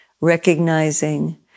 recognizing